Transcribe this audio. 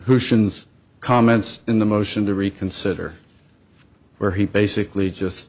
sions comments in the motion to reconsider where he basically just